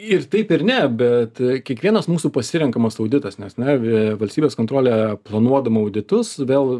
ir taip ir ne bet kiekvienas mūsų pasirenkamas auditas nes na valstybės kontrolė planuodama auditus vėl